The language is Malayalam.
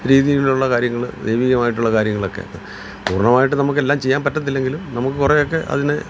രീതിയിലുള്ള കാര്യങ്ങൾ ദൈവികമായിട്ടുള്ള കാര്യങ്ങളൊക്കെ പൂർണ്ണമായിട്ടു നമുക്ക് എല്ലാം ചെയ്യാൻ പറ്റത്തില്ലെങ്കിലും നമുക്ക് കുറേയൊക്കെ അതിനെ